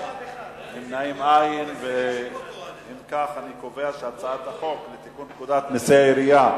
ההצעה להעביר את הצעת חוק לתיקון פקודת מסי העירייה